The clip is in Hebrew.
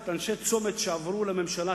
כזכור,